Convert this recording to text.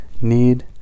need